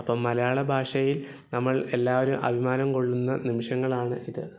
അപ്പം മലയാള ഭാഷയിൽ നമ്മൾ എല്ലാവരും അഭിമാനം കൊള്ളുന്ന നിമിഷങ്ങളാണ് ഇത്